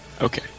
Okay